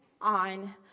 on